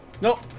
Nope